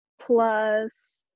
plus